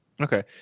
Okay